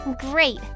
Great